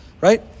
right